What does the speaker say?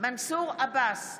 מנסור עבאס,